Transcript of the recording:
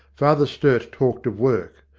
father sturt talked of work,